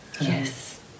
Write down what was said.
Yes